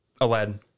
Aladdin